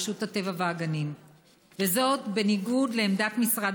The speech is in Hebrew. רשות הטבע והגנים, בניגוד לעמדת משרד